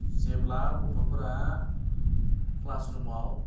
जेब्ला गथ'फोरा क्लास रुमाव